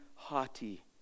haughty